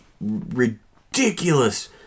ridiculous